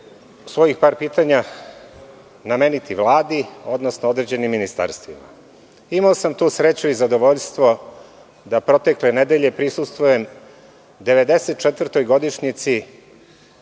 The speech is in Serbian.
par pitanja ću nameniti vladi, odnosno određenim ministarstvima. Imao sam tu sreću i zadovoljstvo da protekle nedelje prisustvujem 94. godišnjici